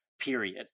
Period